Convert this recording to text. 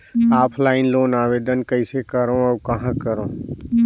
Offline loan आवेदन कइसे करो और कहाँ करो?